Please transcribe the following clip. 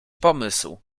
pomysł